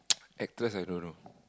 actress I don't know